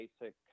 basic